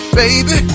baby